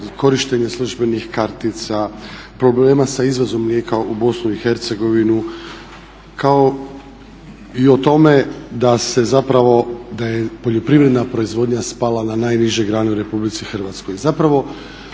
korištenje službenih kartica, problema sa izvozom mlijeka u BiH, kao i o tome da je poljoprivredna proizvodnja spala na najniže grane u Republici Hrvatskoj.